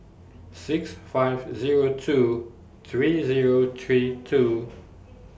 six five Zero two three Zero three two